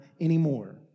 anymore